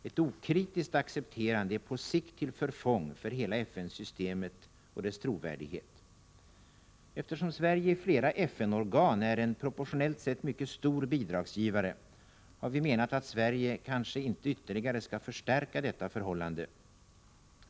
Ett okritiskt accepterande är på sikt till förfång för hela FN-systemet och dess trovärdighet. Eftersom Sverige i flera FN-organ är en proportionellt sett mycket stor bidragsgivare, har vi menat att Sverige kanske inte ytterligare skall förstärka detta förhållande.